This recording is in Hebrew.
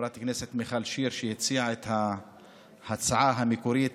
חברת הכנסת מיכל שיר הציעה את ההצעה המקורית,